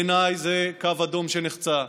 בעיניי זה קו אדום שנחצה,